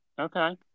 Okay